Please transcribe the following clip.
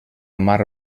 mar